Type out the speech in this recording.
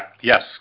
Yes